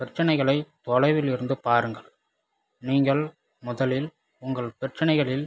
பிரச்சினைகளை தொலைவில் இருந்து பாருங்கள் நீங்கள் முதலில் உங்கள் பிரச்சினைகளில்